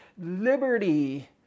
liberty